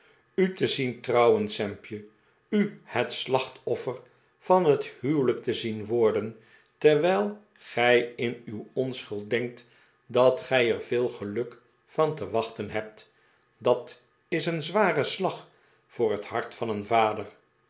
u te zien trouwen sampje u het slachtoffer van het huwelijk te zien worden terwijl gij in uw onschuld denkt dat gij er veel geluk van te wachten hebt dat is een zware slag voor het hart van een vader